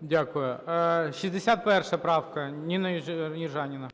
Дякую. 61 правка, Ніна Южаніна. 16:13:47 ЮЖАНІНА Н.П.